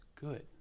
good